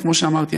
וכמו שאמרתי,